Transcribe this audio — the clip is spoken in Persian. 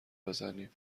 بزنیم